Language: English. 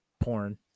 porn